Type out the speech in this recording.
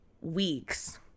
weeks